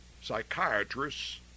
psychiatrists